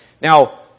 Now